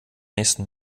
nächsen